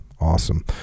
Awesome